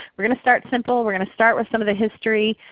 we're going to start simple. we're going to start with some of the history,